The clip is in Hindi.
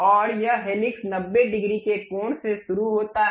और यह हेलिक्स 90 डिग्री के कोण से शुरू होता है